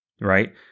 right